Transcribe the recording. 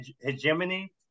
Hegemony